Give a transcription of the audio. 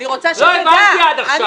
לא הבנתי עד עכשיו.